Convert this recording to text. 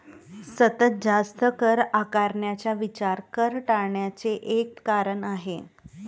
सतत जास्त कर आकारण्याचा विचार कर टाळण्याचे एक कारण आहे